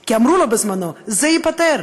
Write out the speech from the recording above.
כי אמרו לו בזמנו: זה ייפתר,